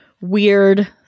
weird